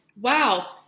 wow